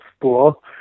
school